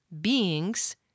beings